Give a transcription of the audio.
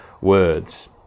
words